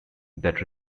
that